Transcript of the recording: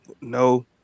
No